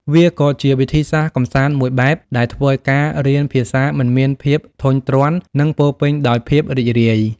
វាក៏ជាវិធីសាស្ត្រកម្សាន្តមួយបែបដែលធ្វើឱ្យការរៀនភាសាមិនមានភាពធុញទ្រាន់ និងពោរពេញដោយភាពរីករាយ។